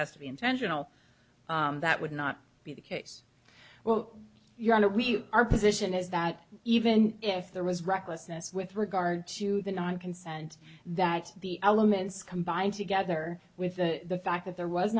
has to be intentional that would not be the case well your honor we our position is that even if there was recklessness with regard to the non consent that the elements combine together with the fact that there was